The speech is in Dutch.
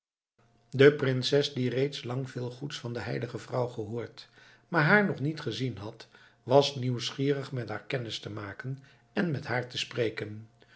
de prinses die reeds lang veel goeds van de heilige vrouw gehoord maar haar nog niet gezien had was nieuwsgierig met haar kennis te maken en met haar te spreken